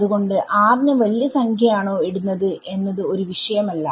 അത് കൊണ്ട് r ന് വലിയ സംഖ്യ ആണോ ഇടുന്നത് എന്നത് ഒരു വിഷയം അല്ല